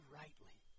rightly